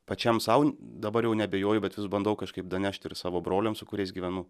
pačiam sau dabar jau neabejoju bet vis bandau kažkaip danešt ir savo broliams su kuriais gyvenu